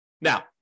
Now-